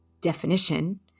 definition